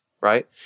right